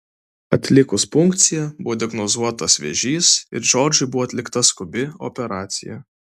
atlikus punkciją buvo diagnozuotas vėžys ir džordžui buvo atlikta skubi operacija